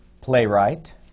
playwright